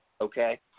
Okay